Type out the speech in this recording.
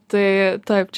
tai taip čia